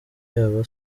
yabo